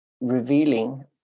revealing